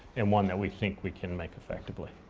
and one that we think we can make effectively.